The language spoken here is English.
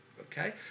okay